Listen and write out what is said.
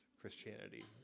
Christianity